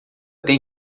têm